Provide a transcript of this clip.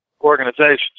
organizations